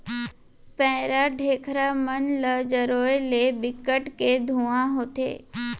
पैरा, ढेखरा मन ल जरोए ले बिकट के धुंआ होथे